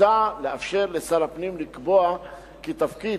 מוצע לאפשר לשר הפנים לקבוע כי תפקיד,